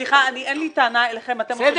סליחה, אין לי טענה אליכם, אתם